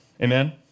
Amen